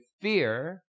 fear